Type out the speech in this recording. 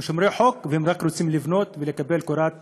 הם שומרי חוק, והם רק רוצים לבנות ולקבל קורת גג.